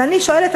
ואני שואלת,